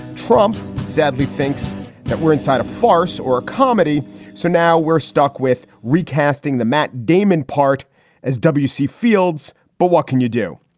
trump sadly thinks that we're inside a farce or a comedy so now we're stuck with recasting the matt damon part as w c. fields. but what can you do?